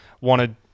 wanted